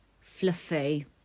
fluffy